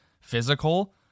physical